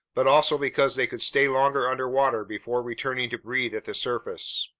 but also because they could stay longer underwater before returning to breathe at the surface.